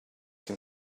can